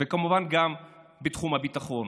וכמובן גם בתחום הביטחון.